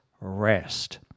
rest